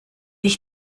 ich